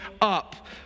up